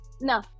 no